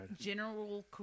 general